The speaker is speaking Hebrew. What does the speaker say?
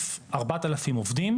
שמקיף ארבעת אלפים עובדים,